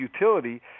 utility